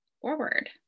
forward